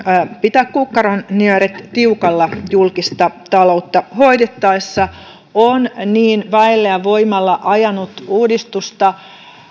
pitää kukkaronnyörit tiukalla julkista taloutta hoidettaessa on niin väellä ja voimalla ajanut uudistusta